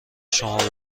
شما